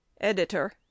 EDITOR